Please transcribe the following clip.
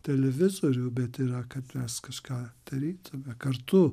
televizorių bet yra kad mes kažką darytume kartu